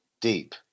deep